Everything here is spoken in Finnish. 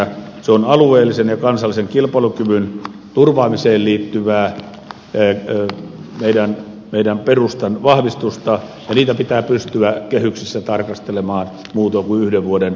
se on alueellisen ja kansallisen kilpailukyvyn turvaamiseen liittyvää meidän perustamme vahvistusta ja kehyksissä pitää pystyä tarkastelemaan muutoin kuin yhden vuoden kehysmäärärahoja